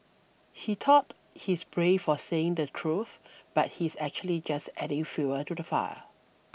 he thought he's brave for saying the truth but he's actually just adding fuel to the fire